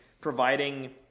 providing